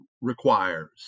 requires